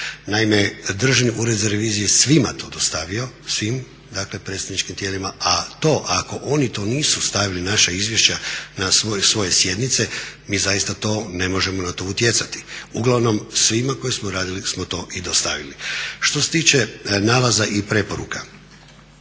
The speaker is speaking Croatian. Naime, Državni ured za reviziju je svima to dostavio, svim dakle predstavničkim tijelima, a to ako oni to nisu stavili naša izvješća na svoje sjednice mi zaista na to ne možemo utjecati. Uglavnom svima koje smo radili smo to i dostavili. Što se tiče nalaza i preporuka.